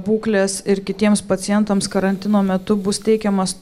būklės ir kitiems pacientams karantino metu bus teikiamas